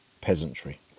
peasantry